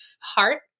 heart